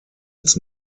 its